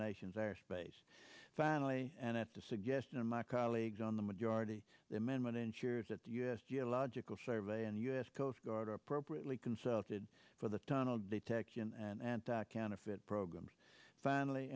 nation's airspace finally and at the suggestion of my colleagues on the majority the amendment ensures that the u s geological survey and the u s coast guard appropriately consulted for the tunnel detection and counterfeit programs finally